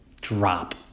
drop